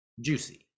juicy